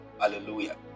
Hallelujah